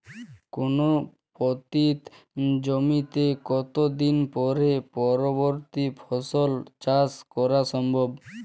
কোনো পতিত জমিতে কত দিন পরে পরবর্তী ফসল চাষ করা সম্ভব?